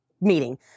meeting